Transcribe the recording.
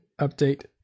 update